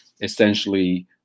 essentially